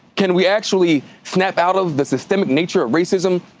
can we actually snap out of the systemic nature of racism?